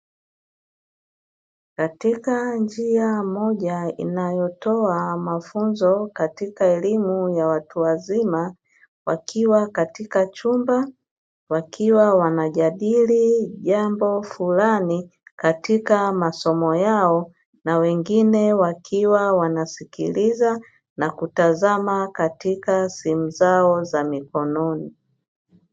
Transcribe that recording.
Katika njia moja inayotoa mafunzo katika elimu ya watu wazima, wakiwa katika chumba wakiwa wanajadili jambo fulani katika msomo yao na wengine wakiwa wanasikiliza na kutazama katika simu zao za mikononi.